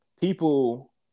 people